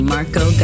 Marco